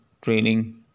training